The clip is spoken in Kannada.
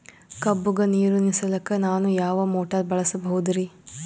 ಕಬ್ಬುಗ ನೀರುಣಿಸಲಕ ನಾನು ಯಾವ ಮೋಟಾರ್ ಬಳಸಬಹುದರಿ?